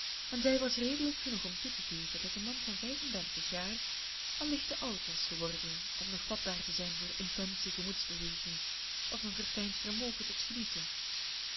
en zij was redelijk genoeg om toe te geven dat een man van vijf en dertig jaar allicht te oud was geworden om nog vatbaar te zijn voor intense gemoedsbeweging of een verfijnd vermogen tot genieten